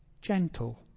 gentle